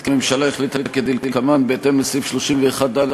כי הממשלה החליטה כדלקמן: בהתאם לסעיף 31(ד)